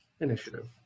initiative